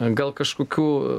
gal kažkokių